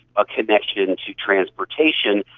ah connection to transportation,